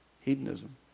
hedonism